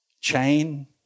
chain